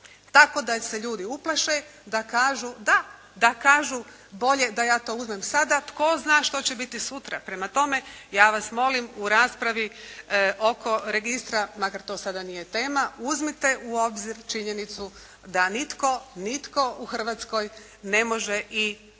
tako da se ljudi uplaše da kažu bolje da ja to uzmem sada, tko zna što će biti sutra. Prema tome, ja vas molim u raspravi oko registra makar to sada nije tema uzmite u obzir činjenicu da nitko u Hrvatskoj ne može i